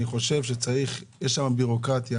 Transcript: יש שם בירוקרטיה.